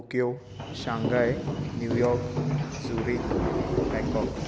Tokyo Shanghai New York zurich Bangkok